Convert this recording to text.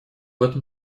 этом